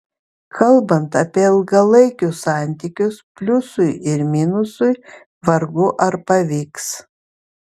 kalbant apie ilgalaikius santykius pliusui ir minusui vargu ar pavyks